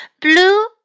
Blue